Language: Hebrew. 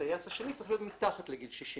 הטייס השני צריך להיות מתחת לגיל 60,